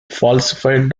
falsified